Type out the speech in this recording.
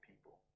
people